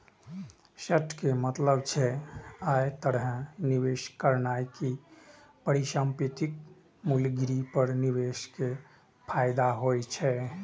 short के मतलब छै, अय तरहे निवेश करनाय कि परिसंपत्तिक मूल्य गिरे पर निवेशक कें फायदा होइ